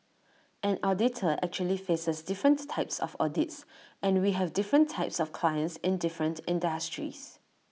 an auditor actually faces different types of audits and we have different types of clients in different industries